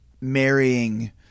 marrying